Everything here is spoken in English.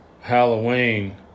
Halloween